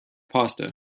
pasta